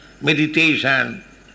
Meditation